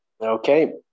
Okay